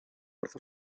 wrth